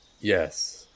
Yes